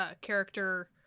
character